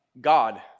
God